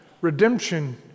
redemption